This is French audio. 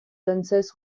l’anses